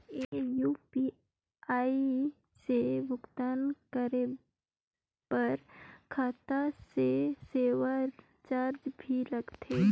ये यू.पी.आई से भुगतान करे पर खाता से सेवा चार्ज भी लगथे?